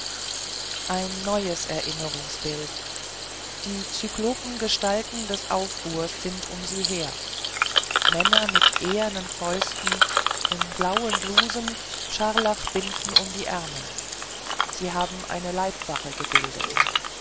ein neues erinnerungsbild die zyklopengestalten des aufruhrs sind wieder um sie her männer mit ehernen fäusten in blauen blusen scharlachbinden um die ärmel sie haben eine leibwache gebildet